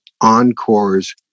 encores